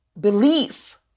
belief